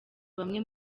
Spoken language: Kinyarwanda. bamwe